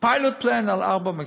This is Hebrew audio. pilot plan על ארבעה מקצועות,